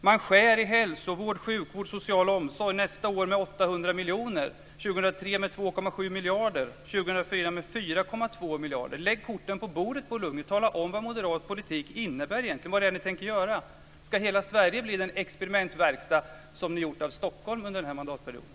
Man skär i hälsovård, sjukvård och social omsorg med 800 miljoner nästa år, med 2,7 miljarder år 2003, 4,2 miljarder år 2004. Lägg korten på bordet, Bo Lundgren. Tala om vad moderat politik innebär egentligen och vad det är som ni tänker göra. Ska hela Sverige bli den experimentverkstad som ni gjort av Stockholm under den här mandatperioden?